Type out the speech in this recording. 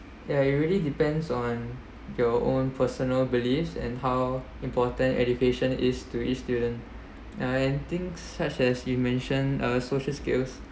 ya it really depends on your own personal beliefs and how important education is to each student and things such as you mentioned uh social skills